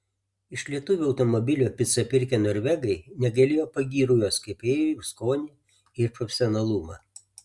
iš lietuvio automobilio picą pirkę norvegai negailėjo pagyrų jos kepėjui už skonį ir profesionalumą